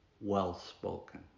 well-spoken